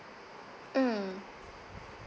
mm